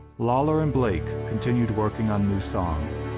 lawlor and blake continued working on new songs.